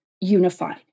unified